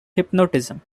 hypnotism